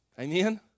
Amen